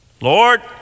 Lord